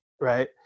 right